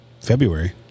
February